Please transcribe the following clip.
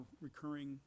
recurring